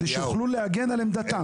כדי שיוכלו להגן על עמדתם.